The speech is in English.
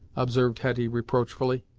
observed hetty reproachfully.